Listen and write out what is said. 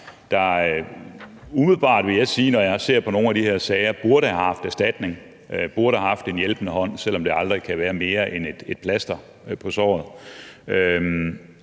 som umiddelbart, vil jeg sige, når jeg ser på nogle af de her sager, burde have haft erstatning og burde have haft en hjælpende hånd, selv om det aldrig kan være mere end et plaster på såret.